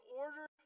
order